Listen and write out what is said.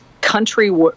country